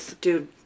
dude